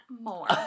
more